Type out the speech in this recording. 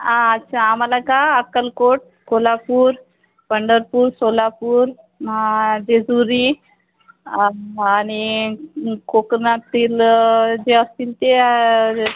अच्छा आम्हाला का अक्कलकोट कोल्हापूर पंढरपूर सोलापूर जेजुरी आणि कोकणातील जे असतील ते